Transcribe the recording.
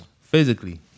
Physically